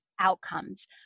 outcomes